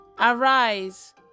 Arise